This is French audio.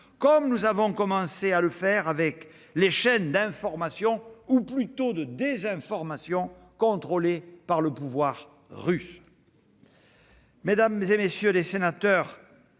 comme nous avons commencé à le faire avec les chaînes d'information, ou plutôt de désinformation, contrôlées par le pouvoir russe. Mesdames, messieurs les sénateurs,